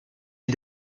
est